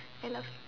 hello